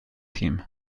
him